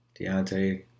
Deontay